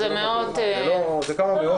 זה כמה מאות.